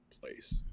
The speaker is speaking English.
place